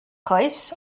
oes